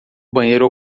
banheiro